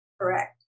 Correct